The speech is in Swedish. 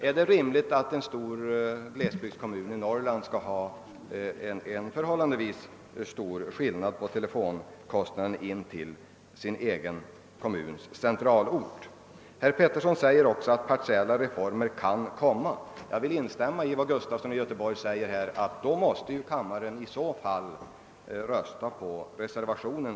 är det rimligt att man på olika håll i en vidsträckt glesbygdskommun i Norrland skall behöva vidkännas förhållandevis stora skillnader i kostnaderna för telefonsamtal till den egna kommunens centralort? Herr Pettersson framhöll att partiella reformer kan komma att genomföras. Men då vill jag i likhet med herr Gustafson i Göteborg rekommendera att kammaren röstar på reservationen.